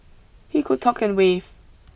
he could talk and wave